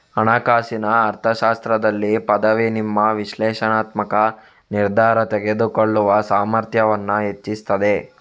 ಹಣಕಾಸಿನ ಅರ್ಥಶಾಸ್ತ್ರದಲ್ಲಿ ಪದವಿ ನಿಮ್ಮ ವಿಶ್ಲೇಷಣಾತ್ಮಕ ನಿರ್ಧಾರ ತೆಗೆದುಕೊಳ್ಳುವ ಸಾಮರ್ಥ್ಯವನ್ನ ಹೆಚ್ಚಿಸ್ತದೆ